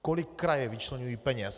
Kolik kraje vyčleňují peněz?